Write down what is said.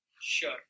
Sure